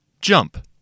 jump